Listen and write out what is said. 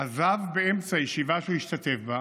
עזב באמצע ישיבה שהוא השתתף בה